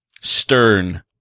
stern